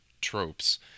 tropes